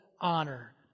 honor